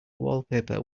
wallpaper